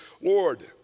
Lord